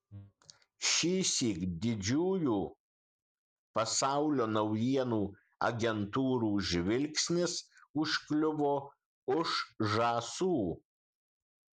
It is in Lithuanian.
šįsyk didžiųjų pasaulio naujienų agentūrų žvilgsnis užkliuvo už žąsų